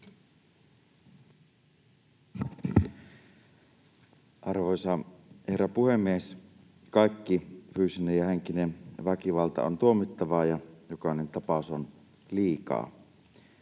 Arvoisa herra puhemies! Kaikki fyysinen ja henkinen väkivalta on tuomittavaa, ja jokainen tapaus on liikaa.